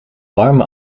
warme